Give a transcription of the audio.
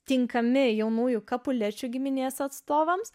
tinkami jaunųjų kapulečių giminės atstovams